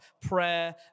prayer